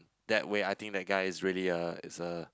that way I think that guy is really a is a